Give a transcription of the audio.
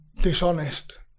dishonest